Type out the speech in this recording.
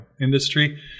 industry